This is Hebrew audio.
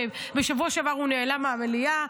בשבוע שעבר הוא נעלם מהמליאה,